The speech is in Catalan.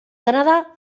canadà